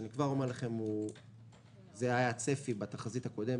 שאני כבר אומר לכם שזה היה הצפי בתחזית הקודמת